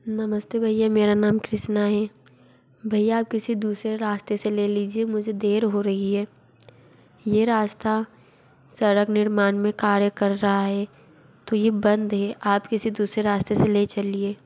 नमस्ते भैया मेरा नाम कृष्णा हे भैया आप किसी दूसरे रास्ते से ले लीजिए मुझे देर हो रही है ये रास्ता सड़क निर्मान में कार्य कर रहा हे तो ये बंद हे आप किसी दूसरे रास्ते से ले चलिए